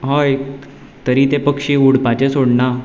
हय तरी ते पक्षी उडपाचें सोडना